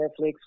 Netflix